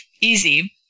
easy